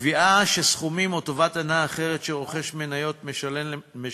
קביעה שסכומים או טובת הנאה אחרת שרוכש מניות משלם